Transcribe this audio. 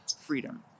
freedom